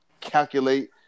calculate